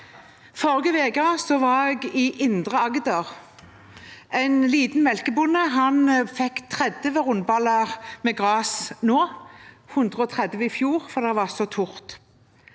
Forrige uke var jeg i Indre Agder. En liten melkebonde fikk 30 rundballer med gras nå, mot 130 i fjor, fordi det er så tørt